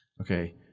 Okay